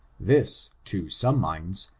this, to some minds,